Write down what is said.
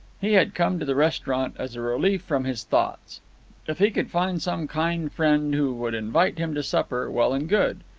he had come to the restaurant as a relief from his thoughts if he could find some kind friend who would invite him to supper, well and good.